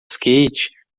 skate